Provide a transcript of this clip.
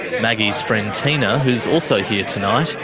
maggie's friend tina, who's also here tonight,